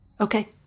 Okay